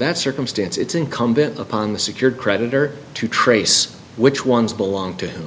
that circumstance it's incumbent upon the secured creditor to trace which ones belong to him